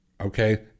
Okay